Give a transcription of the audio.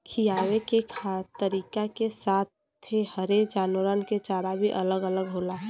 खिआवे के तरीका के साथे हर जानवरन के चारा भी अलग होला